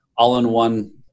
all-in-one